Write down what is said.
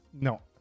No